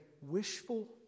wishful